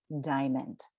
diamond